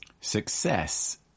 Success